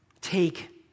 Take